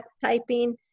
typing